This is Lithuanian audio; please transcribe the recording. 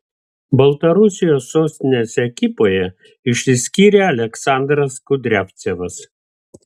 baltarusijos sostinės ekipoje išsiskyrė aleksandras kudriavcevas